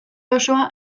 osoa